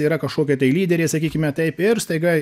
yra kažkokie tai lyderiai sakykime taip ir staiga